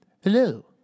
Hello